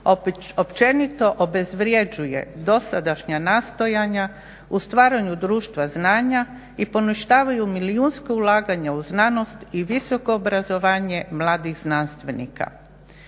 općenito obezvređuje dosadašnja nastojanja u stvaranju društva znanja i poništavaju milijunska ulaganja u znanosti i visoko obrazovanje mladih znanstvenika.